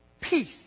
peace